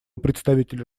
представителя